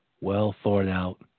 well-thought-out